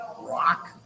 rock